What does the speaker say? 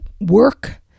work